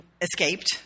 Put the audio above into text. escaped